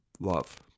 Love